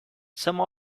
some